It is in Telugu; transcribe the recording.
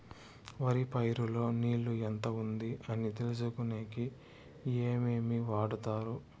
వరి పైరు లో నీళ్లు ఎంత ఉంది అని తెలుసుకునేకి ఏమేమి వాడతారు?